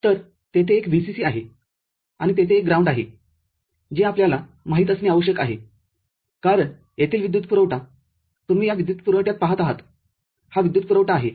तर तेथे एक VCC आहे आणि तेथे एक ग्राउंडआहे जे आपल्याला माहित असणे आवश्यक आहे कारण येथील विद्युत पुरवठा तुम्ही या विद्युत पुरवठ्यात पाहत आहात हा विद्युत पुरवठा आहे